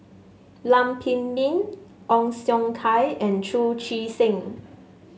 Lam Pin Min Ong Siong Kai and Chu Chee Seng